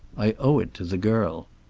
i owe it to the girl.